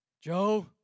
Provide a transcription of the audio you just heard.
Joe